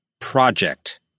project